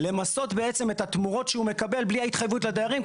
למסות בעצם את התמורות שהוא מקבל בלי התחייבות לדיירים.